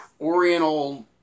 oriental